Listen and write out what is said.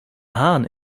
hahn